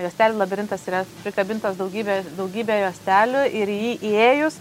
juostelių labirintas yra prikabintos daugybė daugybė juostelių ir į jį įėjus